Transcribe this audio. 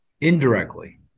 Indirectly